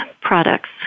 products